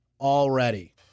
already